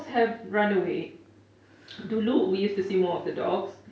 have run away dulu we used to see more of the dogs